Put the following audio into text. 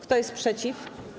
Kto jest przeciw?